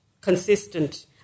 consistent